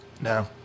No